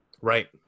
Right